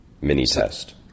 mini-test